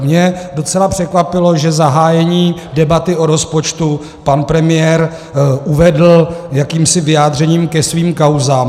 Mě docela překvapilo, že zahájení debaty o rozpočtu pan premiér uvedl jakýmsi vyjádřením ke svým kauzám.